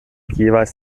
jeweils